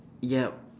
yup